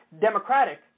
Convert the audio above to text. Democratic